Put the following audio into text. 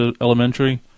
elementary